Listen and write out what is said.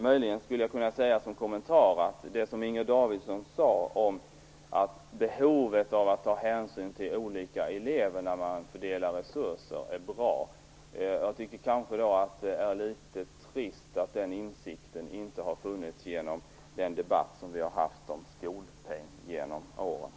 Möjligen skulle jag kunna säga som kommentar att det som Inger Davidson sade om behovet av att ta hänsyn till olika elever när man fördelar resurser var bra. Det kanske är litet trist att den insikten inte har funnits i den debatt som vi genom åren har haft om skolpeng.